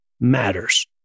matters